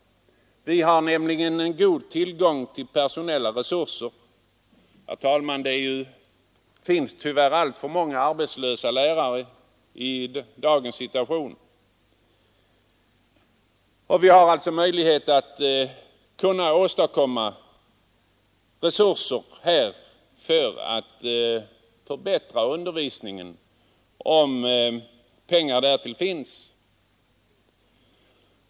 Det råder nämligen god tillgång till personella resurser. Det finns för närvarande tyvärr alltför många arbetslösa lärare. Att åstadkomma resurser för att förbättra undervisningen är alltså en fråga om pengar.